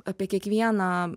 apie kiekvieną